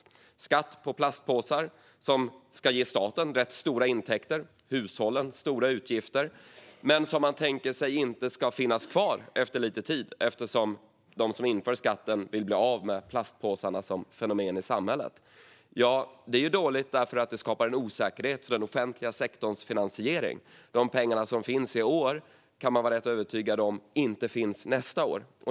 Det handlar om skatt på plastpåsar som ska ge staten ganska stora intäkter och hushållen stora utgifter. Men de som inför skatten tänker sig att den inte ska finnas kvar efter lite tid, eftersom de vill bli av med plastpåsarna i samhället. Det är dåligt eftersom det skapar en osäkerhet när det gäller den offentliga sektorns finansiering. Man kan vara ganska övertygad om att de pengar som finns i år inte kommer att finnas nästa år.